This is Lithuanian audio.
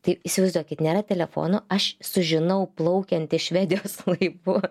tai įsivaizduokit nėra telefono aš sužinau plaukiant iš švedijos laivu